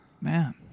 Man